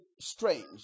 strange